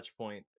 Touchpoint